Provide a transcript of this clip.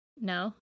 No